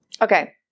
Okay